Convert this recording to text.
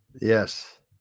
yes